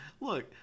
look